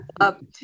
up